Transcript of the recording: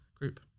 group